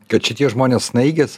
kad šitie žmonės snaigės